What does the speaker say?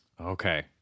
Okay